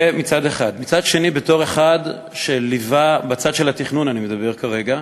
מצד שני, בצד של התכנון אני מדבר כרגע,